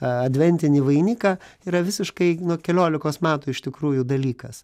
adventinį vainiką yra visiškai nu keliolikos metų iš tikrųjų dalykas